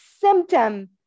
symptom